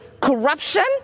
corruption